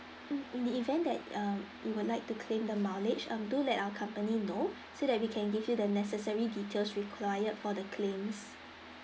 mm in the event that um you would like to claim the mileage um do let our company know so that we can give you the necessary details required for the claims